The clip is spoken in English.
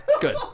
Good